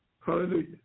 Hallelujah